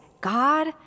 God